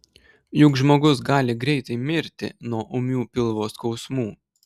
juk žmogus gali greitai mirti nuo ūmių pilvo skausmų